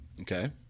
Okay